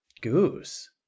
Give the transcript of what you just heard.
Goose